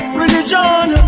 religion